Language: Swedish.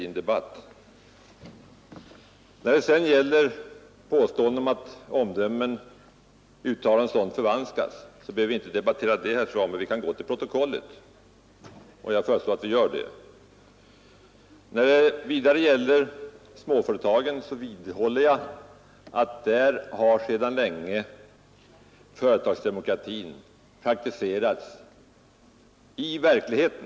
I vad sedan gäller frågan om förvanskade uttalanden behöver vi inte debattera den saken, herr Svanberg, utan vi kan gå till protokollet. Jag föreslår att vi gör det. Beträffande småföretagen vidhåller jag att företagsdemokrati där har praktiserats sedan länge i verkligheten.